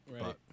right